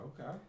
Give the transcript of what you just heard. Okay